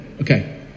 Okay